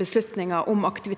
beslutning om aktiviteter